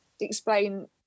explain